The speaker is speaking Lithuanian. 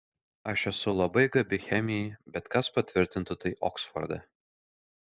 aš esu labai gabi chemijai bet kas patvirtintų tai oksforde